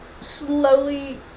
slowly